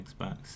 Xbox